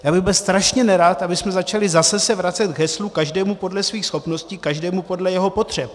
Já bych byl strašně nerad, abychom se začali zase vracet k heslu každému podle svých schopností, každému podle jeho potřeb.